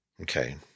Okay